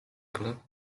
club